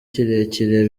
kirekire